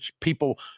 people